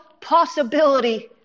possibility